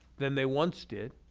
than they once did,